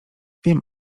wiem